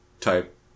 type